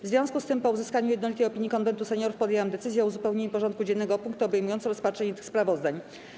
W związku z tym, po uzyskaniu jednolitej opinii Konwentu Seniorów, podjęłam decyzję o uzupełnienie porządku dziennego o punkty obejmujące rozpatrzenie tych sprawozdań.